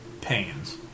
pains